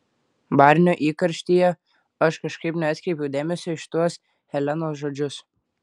barnio įkarštyje aš kažkaip neatkreipiau dėmesio į šituos helenos žodžius